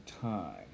time